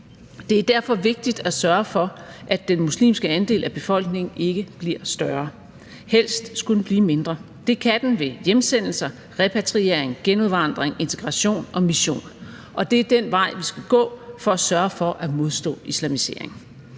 Det er derfor vigtigt at sørge for, at den muslimske andel af befolkningen ikke bliver større; helst skulle den blive mindre. Det kan den ved hjemsendelser, repatriering, genudvandring, integration og mission, og det er den vej, vi skal gå for at sørge for at modstå islamiseringen.